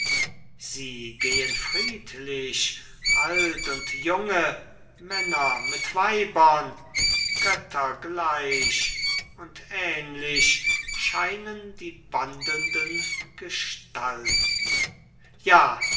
sie gehen friedlich alt und junge männer mit weibern göttergleich und ähnlich scheinen die wandelnden gestalten ja